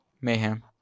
Mayhem